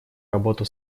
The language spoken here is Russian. работу